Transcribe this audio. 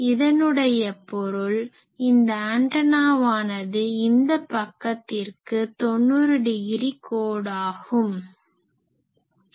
இதனுடைய பொருள் இந்த ஆன்டனாவானது இந்த பக்கத்திற்கு 90 டிகிரி கோடாகும்